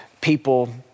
people